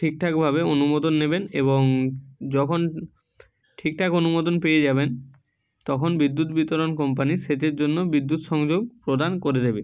ঠিকঠাকভাবে অনুমোদন নেবেন এবং যখন ঠিকঠাক অনুমোদন পেয়ে যাবেন তখন বিদ্যুৎ বিতরণ কোম্পানি সেচের জন্য বিদ্যুৎ সংযোগ প্রদান করে দেবে